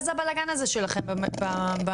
מה זה הבלגן הזה שלכם בממשלה,